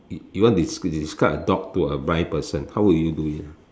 you want des~ describe a dog to a blind person how would you do it